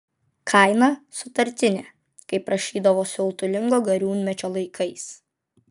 kaina sutartinė kaip rašydavo siautulingo gariūnmečio laikais